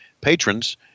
patrons